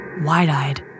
Wide-eyed